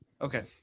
Okay